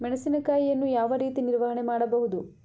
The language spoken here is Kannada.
ಮೆಣಸಿನಕಾಯಿಯನ್ನು ಯಾವ ರೀತಿ ನಿರ್ವಹಣೆ ಮಾಡಬಹುದು?